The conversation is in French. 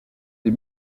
des